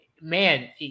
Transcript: Man